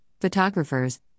photographers